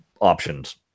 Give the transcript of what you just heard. options